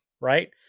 right